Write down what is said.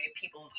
people